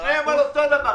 שניהם אותו דבר.